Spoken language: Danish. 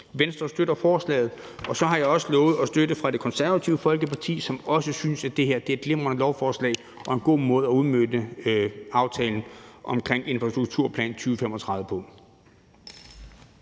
Venstre støtter forslaget. Og så har jeg også lovet at sige, at Det Konservative Folkeparti også synes, at det her er et glimrende lovforslag og en god måde at udmønte aftalen om Infrastrukturplan 2035 på.